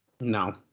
No